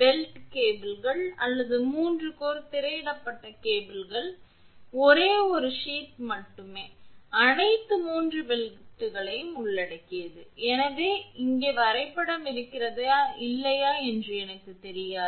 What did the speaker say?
belt கேபிள்கள் அல்லது 3 core திரையிடப்பட்ட கேபிள்களில் ஒரே ஒரு சீத் மட்டுமே அனைத்து 3 பெல்ட்களையும் உள்ளடக்கியது என்னிடம் இங்கே வரைபடம் இருக்கிறதா இல்லையா என்று எனக்குத் தெரியாது